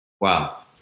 Wow